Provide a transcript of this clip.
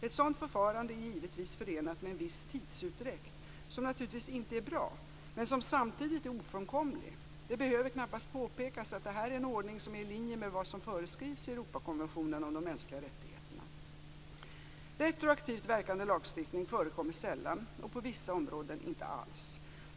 Ett sådant förfarande är givetvis förenat med en viss tidsutdräkt som naturligtvis inte är bra men som samtidigt är ofrånkomlig. Det behöver knappast påpekas att det här är en ordning som är i linje med vad som föreskrivs i Europakonventionen om de mänskliga rättigheterna. Retroaktivt verkande lagstiftning förekommer sällan och på vissa områden inte alls.